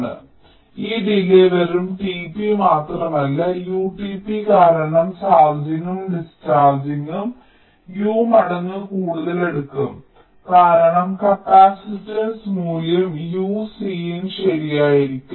അതിനാൽ ഈ ഡിലേയ്യ് വെറും tp മാത്രമല്ല Utp കാരണം ചാർജിംഗും ഡിസ്ചാർജും U മടങ്ങ് കൂടുതൽ എടുക്കും കാരണം കപ്പാസിറ്റൻസ് മൂല്യം UCin ശരിയായിരിക്കും